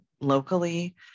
locally